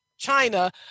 China